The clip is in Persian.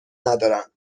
ندارند